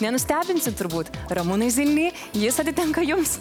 nenustebinsit turbūt ramūnai zilny jis atitenka jums